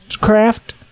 craft